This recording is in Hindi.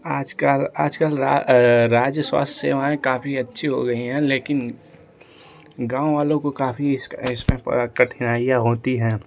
आजकल आजकल रा राज्य स्वास्थ्य सेवाऐं काफी अच्छी हो गई हैं लेकिन गाँव वालों को काफी इस्क इसमें प कठिनाइयाँ होती हैं